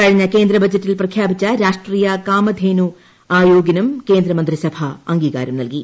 കഴിഞ്ഞ കേന്ദ്ര ബജറ്റിൽ പ്രഖ്യാപിച്ച രാഷ്ട്രീയ കാമധേനു ആയോഗിനും കേന്ദ്ര മന്ത്രിസഭ അംഗീകാരം നൽകി